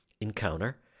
encounter